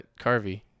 Carvey